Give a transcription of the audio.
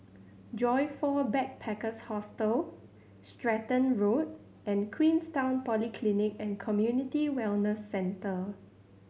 Joyfor Backpackers' Hostel Stratton Road and Queenstown Polyclinic and Community Wellness Centre